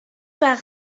par